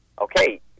Okay